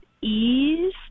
ease